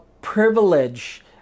privilege